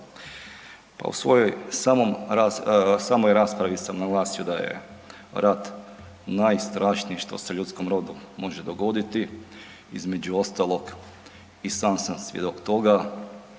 Pa u svojoj, samom, samoj raspravi sam naglasio da je rat najstrašnije što se ljudskom rodu može dogoditi, između ostalog i sam sam svjedok toga.